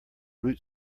root